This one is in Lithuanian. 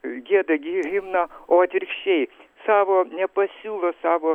gieda gi himną o atvirkščiai savo nepasiūlo savo